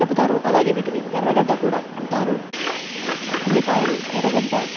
చెబుతారు అలాగే వీటిని ఎర్రగడ్డ కూడా అంటారు ఉల్లిపాయలు ఎర్రగడ్డ